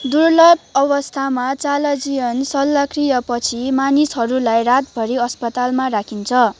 दुर्लभ अवस्थामा चालाजियन शल्यक्रिया पछि मानिसहरूलाई रातभरि अस्पतालमा राखिन्छ